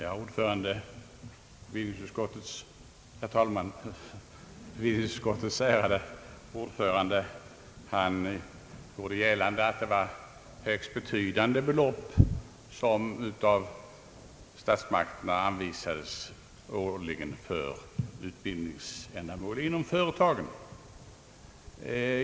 Herr talman! Bevillningsutskottets ärade ordförande gjorde gällande att det är högst betydande belopp som av statsmakterna årligen anvisas till utbildningsändamål inom företagen.